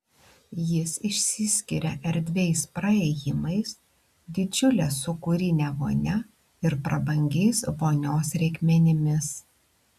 jis išsiskiria erdviais praėjimais didžiule sūkurine vonia ir prabangiais vonios reikmenimis